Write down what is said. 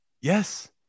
Yes